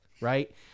right